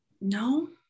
No